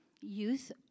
youth